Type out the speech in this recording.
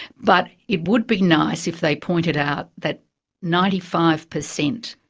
but it would be nice if they pointed out that ninety five percent